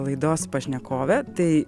laidos pašnekovę tai